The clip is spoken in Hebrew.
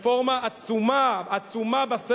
רפורמה עצומה, עצומה, בסלולר,